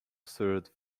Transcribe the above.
served